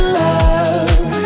love